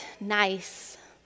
nice